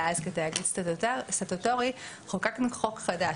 אז כתאגיד סטטוטורי חוקקנו חוק חדש,